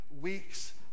weeks